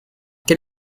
quel